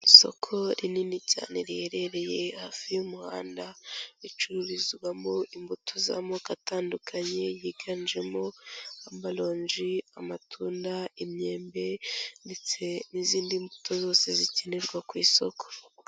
Isoko rinini cyane riherereye hafi y'umuhanda ricururizwamo imbuto z'amoko atandukanye yiganjemo amaronji, amatunda, imyembe ndetse n'izindi mbuto zose zikenerwa ku isoko.